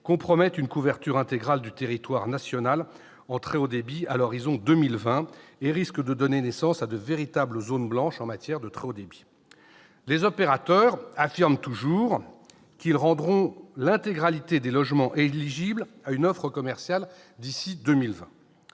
compromettent une couverture intégrale du territoire national en très haut débit à l'horizon de 2020 et risquent de donner naissance à de véritables « zones blanches » en matière de très haut débit. Les opérateurs affirment toujours qu'ils rendront l'intégralité des logements éligibles à une offre commerciale d'ici à 2020.